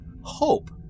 hope